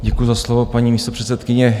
Děkuji za slovo, paní místopředsedkyně.